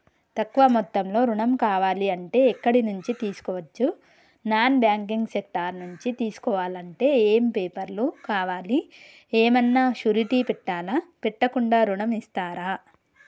తక్కువ మొత్తంలో ఋణం కావాలి అంటే ఎక్కడి నుంచి తీసుకోవచ్చు? నాన్ బ్యాంకింగ్ సెక్టార్ నుంచి తీసుకోవాలంటే ఏమి పేపర్ లు కావాలి? ఏమన్నా షూరిటీ పెట్టాలా? పెట్టకుండా ఋణం ఇస్తరా?